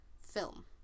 film